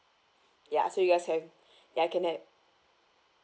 ya so you guys can ya can have